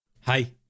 Hi